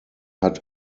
hat